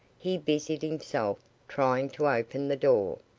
he busied himself trying to open the door.